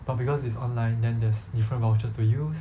but because it's oline then there's different vouchers to use